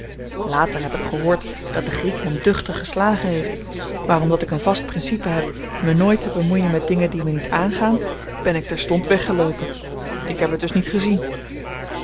later heb ik gehoord dat de griek hem duchtig geslagen heeft maar omdat ik een vast principe heb me nooit te bemoeien met dingen die me niet aangaan ben ik terstond weggeloopen ik heb het dus niet gezien